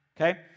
Okay